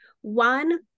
one